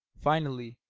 finally,